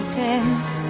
tense